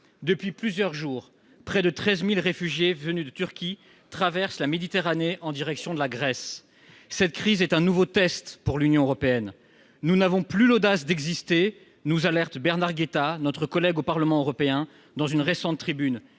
Depuis plusieurs jours, près de 13 000 réfugiés venus de Turquie traversent la Méditerranée en direction de la Grèce. Cette crise est un nouveau test pour l'Union européenne. « Nous n'avons plus l'audace d'exister », nous alerte Bernard Guetta, notre collègue au Parlement européen, dans une récente tribune.